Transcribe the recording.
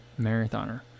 marathoner